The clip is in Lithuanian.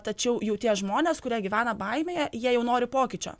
tačiau jau tie žmonės kurie gyvena baimėje jie jau nori pokyčio